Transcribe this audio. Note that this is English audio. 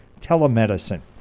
telemedicine